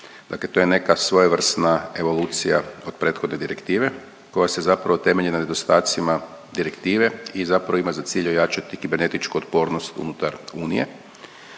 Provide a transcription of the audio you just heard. Dakle to je neka svojevrsna evolucija od prethodne direktive koja se zapravo temelji na nedostacima direktive i zapravo ima za cilj ojačati kibernetičku otpornost unutar unije